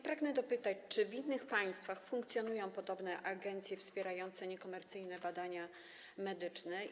Pragnę dopytać, czy w innych państwach funkcjonują podobne agencje wspierające niekomercyjne badania medyczne.